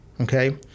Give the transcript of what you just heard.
okay